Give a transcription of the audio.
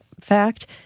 fact